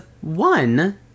one